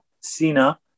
Cena